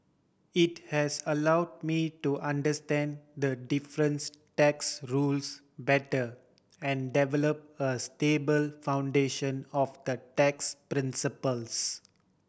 it has allow me to understand the difference tax rules better and develop a stable foundation of the tax principles